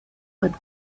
but